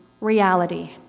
reality